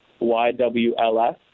YWLS